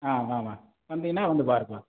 ஆ வா வா வந்தீங்கனால் வந்து பாருப்பா